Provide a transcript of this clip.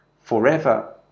forever